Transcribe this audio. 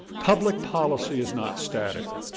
public policy is not static.